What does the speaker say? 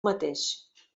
mateix